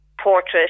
portrait